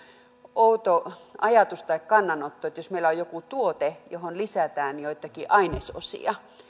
outo ajatus tai kannanotto eli jos meillä on joku tuote johon lisätään joitakin ainesosia